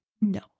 No